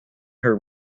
her